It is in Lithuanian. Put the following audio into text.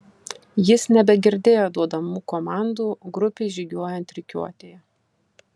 jis nebegirdėjo duodamų komandų grupei žygiuojant rikiuotėje